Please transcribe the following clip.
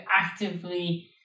actively